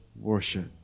worship